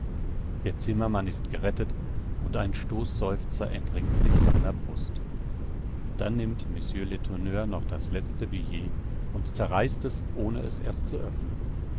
der zimmermann ist gerettet und ein stoßseufzer entringt sich seiner brust dann nimmt mr letourneur noch das letzte billet und zerreißt es ohne es erst zu öffnen